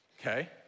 okay